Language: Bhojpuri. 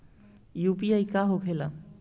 यू.पी.आई का होखेला?